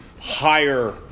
higher